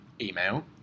email